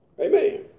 Amen